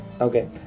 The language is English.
Okay